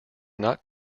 not